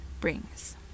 brings